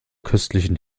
köstlichen